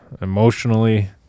Emotionally